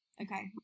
Okay